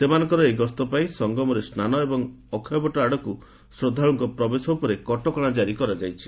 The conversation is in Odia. ସେମାନଙ୍କର ଏହି ଗସ୍ତ ପାଇଁ ସଙ୍ଗମରେ ସ୍ୱାନ ଏବଂ ଅକ୍ଷୟବଟ ଆଡ଼କୁ ଶ୍ରଦ୍ଧାଳୁଙ୍କ ପ୍ରବେଶ ଉପରେ କଟକଣା ଜାରି କରାଯାଇଛି